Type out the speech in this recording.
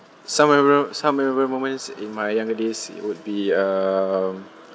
some memora~ some memorable moments in my younger days it would be um